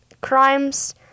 Crimes